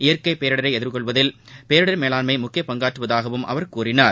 இயற்கை பேரிடரை எதிர்கொள்வதில் பேரிடர் மேலாண்மை முக்கிய பங்காற்றுவதாகவும் அவர் கூறினார்